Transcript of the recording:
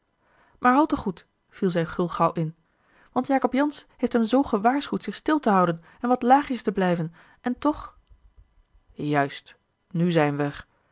maar al te goed viel zij gulgauw in want jacob jansz heeft hem zoo gewaarschuwd zich stil te houden en wat laagjes te blijven en toch juist nu zijn we